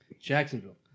Jacksonville